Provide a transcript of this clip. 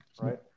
right